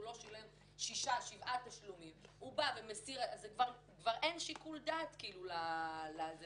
הוא לא שילם שישה-שבעה תשלומים כבר אין שיקול דעת לרשם,